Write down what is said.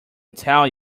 tell